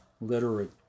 literate